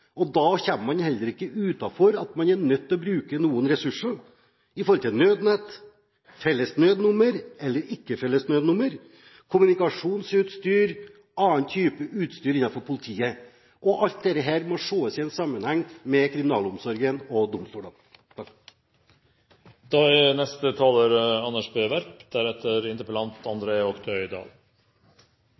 og da kommer man heller ikke utenom at man er nødt til å bruke noen ressurser når det gjelder Nødnett, felles nødnummer eller ei, kommunikasjonsutstyr og annen type utstyr innenfor politiet. Alt dette må ses i en sammenheng med kriminalomsorgen og domstolene. Det er bred enighet på Stortinget om retningen for politiutdanningen i Norge, og at den er